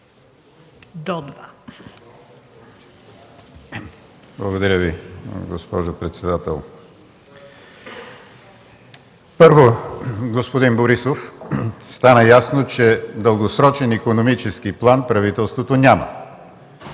(КБ): Благодаря Ви, госпожо председател. Първо, господин Борисов, стана ясно, че дългосрочен икономически план правителството няма,